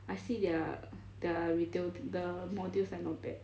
I see their their retail the modules like not bad